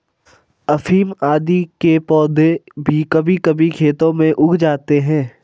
अफीम आदि के पौधे भी कभी कभी खेतों में उग जाते हैं